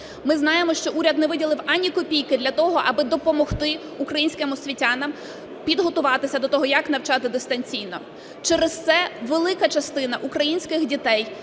Ми знаємо, що уряд не виділив ані копійки для того, аби допомогти українським освітянам підготуватися до того, як навчати дистанційно. Через це велика частина українських дітей